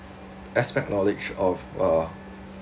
expert knowledge of uh